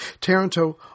Taranto